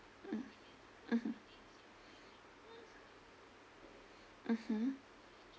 mm mmhmm mmhmm